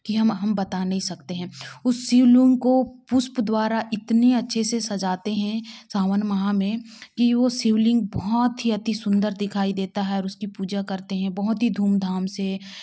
कि हम हम बात नहीं सकते हैं उस शिवलिंग को पुष्प द्वारा इतने अच्छे से सजाते हैं सावन माह में कि वो शिवलिंग बहुत ही अति सुंदर दिखाई देता है और उसकी पूजा करते हैं बहुत ही धूमधाम से